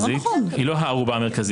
היא לא הערובה המרכזית,